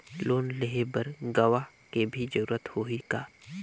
Loan लेहे बर गवाह के भी जरूरत होही का?